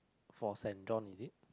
for St-John is it